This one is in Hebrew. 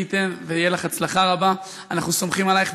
מי ייתן ותהיה לך הצלחה רבה, אנחנו סומכים עלייך.